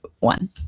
One